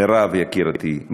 מירב יקירתי,